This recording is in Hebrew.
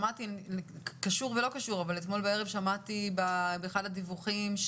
אתמול בערב שמעתי באחד הדיווחים,